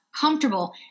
comfortable